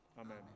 Amen